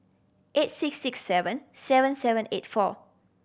eight six six seven seven seven eight four